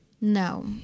No